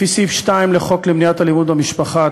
לפי סעיף 2 לחוק למניעת אלימות במשפחה,